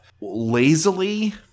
lazily